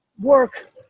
work